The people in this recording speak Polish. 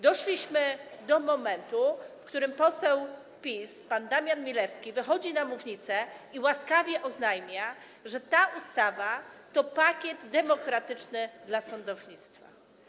Doszliśmy do momentu, w którym poseł PiS pan Daniel Milewski wychodzi na mównicę i łaskawie oznajmia, że ta ustawa to pakiet demokratyczny dla sądownictwa.